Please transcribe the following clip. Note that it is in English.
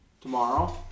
Tomorrow